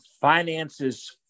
finances